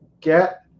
get